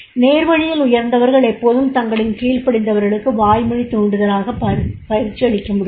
நேர்வழியில் உயர்ந்தவர்கள் எப்போதும் தங்களின் கீழ்படிந்தவர்களுக்கு வாய்மொழி தூண்டுதலாகப் பயிற்சியளிக்க முடியும்